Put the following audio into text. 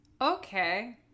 Okay